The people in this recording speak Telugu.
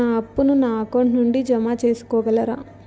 నా అప్పును నా అకౌంట్ నుండి జామ సేసుకోగలరా?